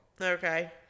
Okay